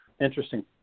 interesting